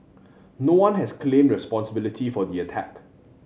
no one has claimed responsibility for the attack